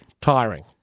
Tiring